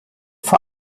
vor